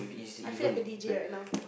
I feel like a D_J right now